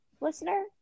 listener